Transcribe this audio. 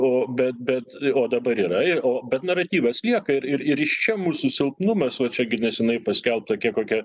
o bet bet o dabar yra ir o bet naratyvas lieka ir ir iš čia mūsų silpnumas va čia gi neseniai paskelbta kiek kokia